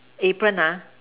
apron ah